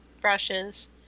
brushes